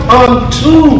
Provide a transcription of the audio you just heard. unto